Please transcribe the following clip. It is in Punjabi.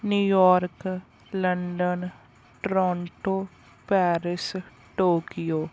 New York London Toronto Paris Tokyo